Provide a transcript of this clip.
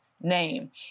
name